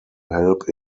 help